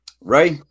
Right